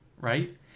Right